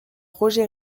roger